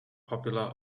popular